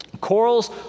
Corals